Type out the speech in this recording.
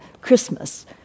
Christmas